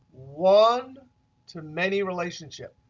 one to many relationship.